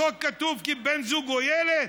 כי בחוק כתוב בן זוג או ילד.